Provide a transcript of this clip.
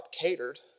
catered